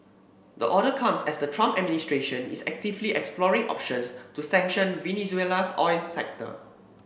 the order comes as the Trump administration is actively exploring options to sanction Venezuela's oil sector